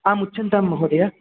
आमुच्यतां महोदय